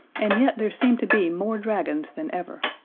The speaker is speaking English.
and yet there seemed to be more dragons than ever.